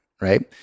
right